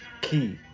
key